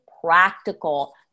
practical